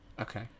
Okay